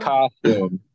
Costume